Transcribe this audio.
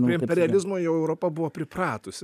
prie imperializmo jau europa buvo pripratusi